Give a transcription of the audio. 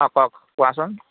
অঁ কওক কোৱাচোন